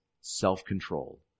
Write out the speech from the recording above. self-control